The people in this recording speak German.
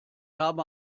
habe